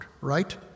right